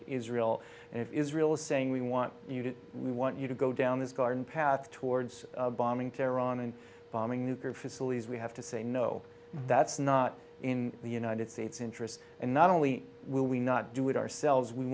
israel and if israel is saying we want you to we want you to go down this garden path towards bombing terror on and bombing nuclear facilities we have to say no that's not in the united states interest and not only will we not do it ourselves we